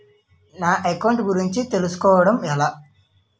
నా అకౌంట్ గురించి తెలుసు కోవడం ఎలా?